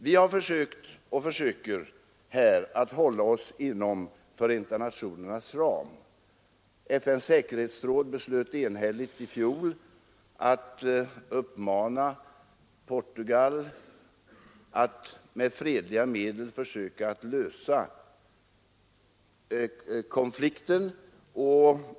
Vi har försökt och försöker här att hålla oss inom Förenta nationernas ram. FN:s säkerhetsråd beslöt enhälligt i fjol att uppmana Portugal att med fredliga medel söka lösa konflikten.